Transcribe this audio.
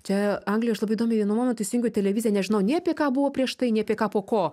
čia anglijoj aš labai įdomiai vienu momentu įsijungiau televiziją nežinau nei apie ką buvo prieš tai nei apie ką po ko